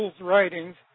writings